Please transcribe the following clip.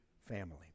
family